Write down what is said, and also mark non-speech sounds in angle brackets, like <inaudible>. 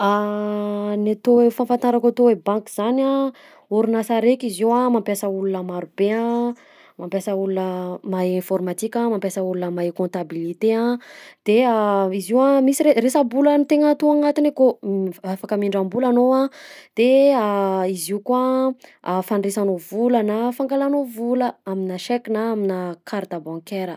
<hesitation> Ny atao hoe fahafantarako atao hoe banky zany a: orinasa raiky izy io a mampiasa olona marobe a, mampiasa olona mahay informatika, mampiasa olona mahay comptabilité a; de <hesitation> izy io a misy re- resa-bola no tegna atao agnatiny akao, <hesitation> afaka mihindram-bola anao a de <hesitation> izy io koa <hesitation> fandraisanao vola na fangalanao vola aminà chèque na aminà carte bancaire.